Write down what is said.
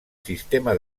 sistema